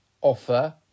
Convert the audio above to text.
offer